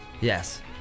yes